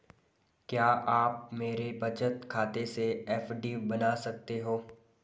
क्या आप मेरे बचत खाते से एफ.डी बना सकते हो?